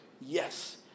Yes